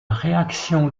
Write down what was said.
réaction